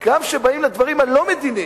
כשבאים לדברים הלא-מדיניים,